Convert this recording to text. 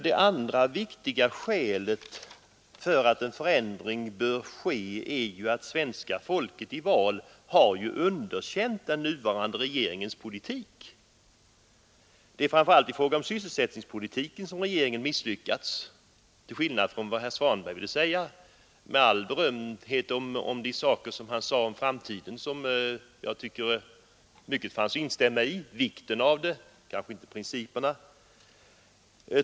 Det andra viktiga skälet för att en förändring bör ske är att svenska folket i val har underkänt den nuvarande regeringens politik. Det är framför allt i fråga om sysselsättningspolitiken som regeringen misslyckats, till skillnad från vad herr Svanberg ville påstå — med accepterande av vad han i vissa stycken sade om framtiden.